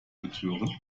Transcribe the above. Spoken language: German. betören